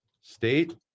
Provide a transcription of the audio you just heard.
State